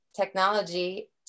technology